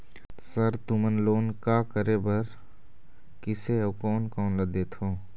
Sir तुमन loan का का करें बर, किसे अउ कोन कोन ला देथों?